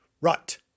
Right